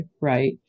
right